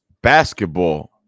Basketball